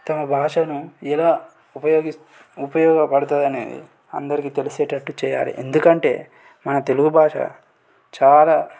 తమ భాషను ఎలా ఉపయోగి ఉపయోగపడుతుందనేది అందరికీ తెలిసేటట్టు చెయ్యాలి ఎందుకంటే మన తెలుగు భాష చాలా